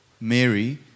Mary